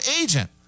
agent